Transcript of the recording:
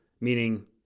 meaning